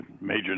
major